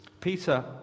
Peter